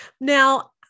now